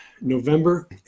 november